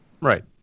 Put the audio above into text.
Right